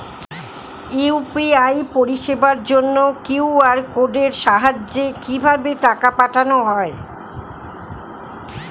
UPI পরিষেবার জন্য QR কোডের সাহায্যে কিভাবে টাকা পাঠানো হয়?